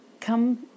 come